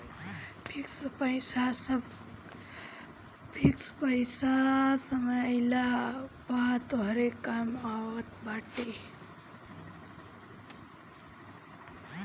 fix पईसा समय आईला पअ तोहरी कामे आवत बाटे